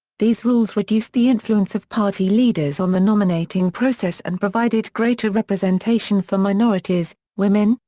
these rules reduced the influence of party leaders on the nominating process and provided greater representation for minorities, women,